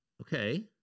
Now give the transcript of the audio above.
Okay